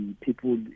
people